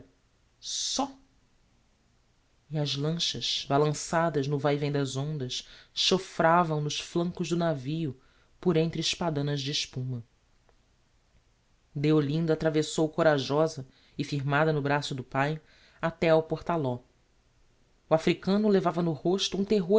só e as lanchas balançadas no vai vem das ondas chofravam nos flancos do navio por entre espadanas de espuma deolinda atravessou corajosa e firmada no braço do pai até ao portaló o africano levava no rosto um terror